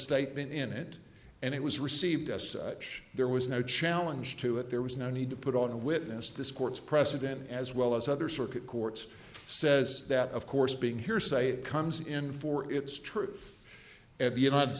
statement in it and it was received as such there was no challenge to it there was no need to put on a witness this court's precedent as well as other circuit courts says that of course being hearsay it comes in for its truth at the united